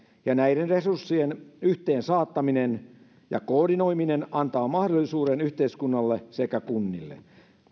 ja näiden resurssien yhteensaattaminen ja koordinoiminen antaa mahdollisuuden yhteiskunnalle sekä kunnille